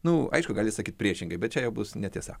nu aišku gali sakyt priešingai bet čia jau bus netiesa